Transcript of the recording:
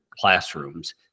classrooms